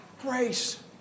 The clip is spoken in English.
grace